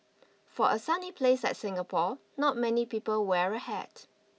for a sunny place like Singapore not many people wear a hat